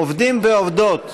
עובדים ועובדות,